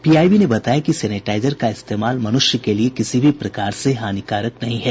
PIB ने बताया है कि सेनेटाईजर का इस्तेमाल मनुष्य के लिये किसी भी प्रकार से हानिकारक नहीं है